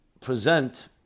present